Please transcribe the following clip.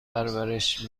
پرورش